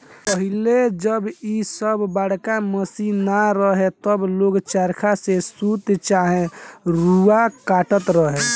पहिले जब इ सब बड़का मशीन ना रहे तब लोग चरखा से सूत चाहे रुआ काटत रहे